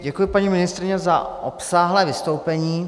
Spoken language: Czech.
Děkuji, paní ministryně, za obsáhlé vystoupení.